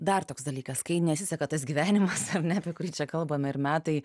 dar toks dalykas kai nesiseka tas gyvenimas ar ne apie kurį čia kalbame ir metai